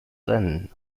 rennen